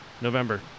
November